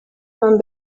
vam